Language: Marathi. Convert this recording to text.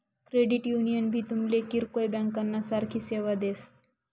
क्रेडिट युनियन भी तुमले किरकोय ब्यांकना सारखी सेवा देस